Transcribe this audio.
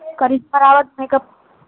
کری کراوت میک اپ